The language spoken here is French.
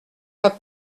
pas